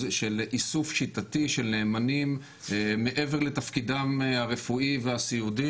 של איסוף שיטתי של נאמנים מעבר לתפקידם הרפואי והסיעודי,